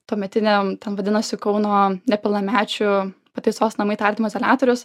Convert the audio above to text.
tuometiniam ten vadinosi kauno nepilnamečių pataisos namai tardymo izoliatorius